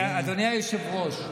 אדוני היושב-ראש,